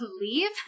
Leave